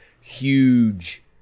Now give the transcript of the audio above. huge